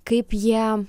kaip jie